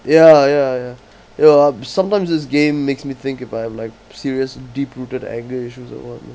ya ya ya ya sometimes this game makes me think if I have like serious deep rooted anger issues or what